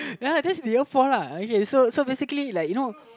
ya that's in year four lah okay so so basically like you know